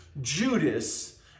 Judas